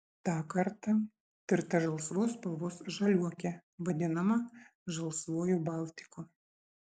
tą kartą tirta žalsvos spalvos žaliuokė vadinama žalsvuoju baltiku